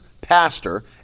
pastor